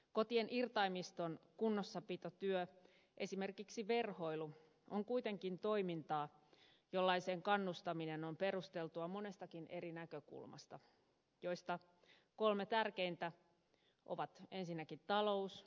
kotien irtaimiston kunnossapitotyö esimerkiksi verhoilu on kuitenkin toimintaa jollaiseen kannustaminen on perusteltua monestakin eri näkökulmasta joista kolme tärkeintä ovat ensinnäkin talous ympäristö ja kulttuuri